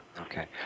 Okay